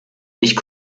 nicht